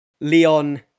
Leon